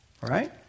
right